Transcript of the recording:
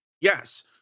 Yes